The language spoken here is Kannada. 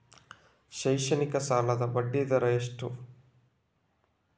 ಶೈಕ್ಷಣಿಕ ಸಾಲದ ಬಡ್ಡಿ ದರ ಎಷ್ಟು?